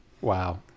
Wow